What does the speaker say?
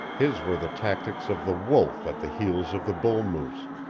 his were the tactics of the wolf at the heels of the bull moose,